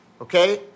okay